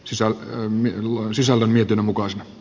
sisään lain sisällön joten mukaan